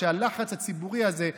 שהלחץ הציבורי הזה,